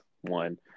one